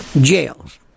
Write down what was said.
Jails